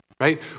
right